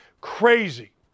Crazy